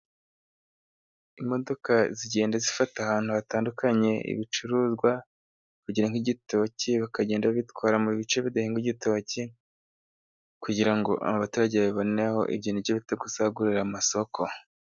Imodoka zigenda zifata ahantu hatandukanye ibicuruzwa, kugira ngo nk'igitoki bakagenda babitwara mu bice bidahinga igitoki, kugira ngo abaturage babiboneho ibyo ni byo bita gusagurira amasoko.